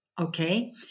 okay